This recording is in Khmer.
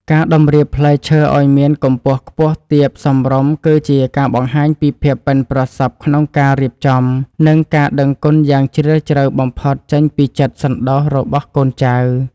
ការតម្រៀបផ្លែឈើឱ្យមានកម្ពស់ខ្ពស់ទាបសមរម្យគឺជាការបង្ហាញពីភាពប៉ិនប្រសប់ក្នុងការរៀបចំ និង ការដឹងគុណយ៉ាងជ្រាលជ្រៅបំផុតចេញពីចិត្តសន្តោសរបស់កូនចៅ។